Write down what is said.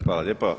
Hvala lijepa.